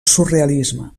surrealisme